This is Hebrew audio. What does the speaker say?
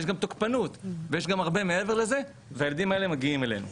ויש גם תוקפנות ויש גם הרבה מעבר לזה והילדים האלה מגיעים אלינו.